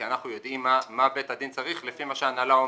כי אנחנו יודעים מה בית הדין צריך לפי מה שההנהלה אומרת.